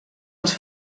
els